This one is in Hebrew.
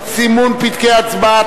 סימון פתקי הצבעה),